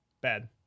Bad